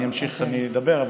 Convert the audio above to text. אני אדבר,